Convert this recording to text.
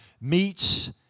Meets